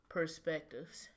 Perspectives